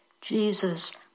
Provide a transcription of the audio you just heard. Jesus